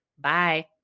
bye